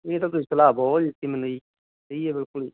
ਇਹ ਤਾਂ ਤੁਸੀਂ ਸਲਾਹ ਬਹੁਤ ਵਧੀਆ ਦਿੱਤੀ ਮੈਨੂੰ ਜੀ ਸਹੀ ਆ ਬਿਲਕੁਲ ਜੀ